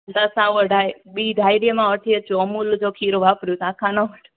त असां वटि आहे ॿीं डायरीअ मां वठी अचो अमूल जो खीरु वापरूं तव्हां खां न वठूं